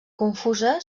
confusa